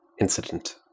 incident